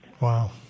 Wow